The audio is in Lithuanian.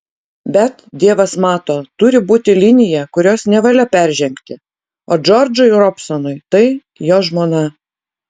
bet dievas mato turi būti linija kurios nevalia peržengti o džordžui robsonui tai jo žmona